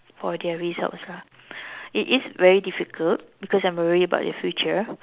for their results lah it is very difficult because I'm worried about their future